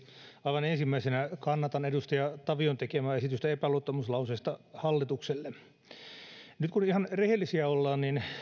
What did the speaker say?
aivan ensimmäisenä kannatan edustaja tavion tekemää esitystä epäluottamuslauseesta hallitukselle nyt kun ihan rehellisiä ollaan niin